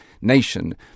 nation